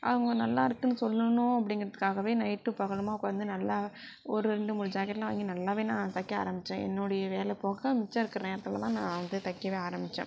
அவங்க நல்லா இருக்குதுனு சொல்லணும் அப்படிங்குறதுக்காகவே நைட் பகலுமா உட்காந்து நல்லா ஒரு ரெண்டு மூணு ஜாக்கெட்லாம் வாங்கி நல்லாவே நான் தைக்க ஆரம்பித்தேன் என்னுடைய வேலை போக மிச்சம் இருக்கிற நேரத்திலலாம் நான் வந்து தைக்கவே ஆரம்பித்தேன்